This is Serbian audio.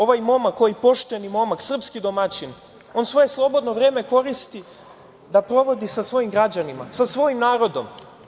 Ovaj momak, ovaj pošteni momak, srpski domaćin, on svoje slobodno vreme koristi da provodi sa svojim građanima, sa svojim narodom.